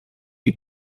you